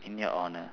in your honour